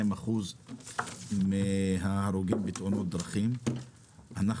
32% מההרוגים בתאונות דרכים הם מקרב האוכלוסייה הערבית.